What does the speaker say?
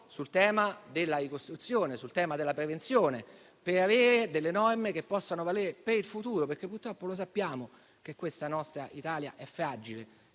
sul tema della ricostruzione e della prevenzione, per avere norme che possano valere per il futuro, perché purtroppo lo sappiamo che questa nostra Italia è fragile